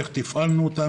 איך תפעלנו אותם,